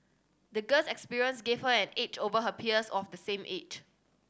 the girl's experience gave her an edge over her peers of the same age